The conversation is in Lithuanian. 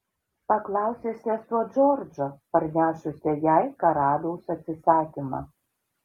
paklausė sesuo džordžo parnešusio jai karaliaus atsisakymą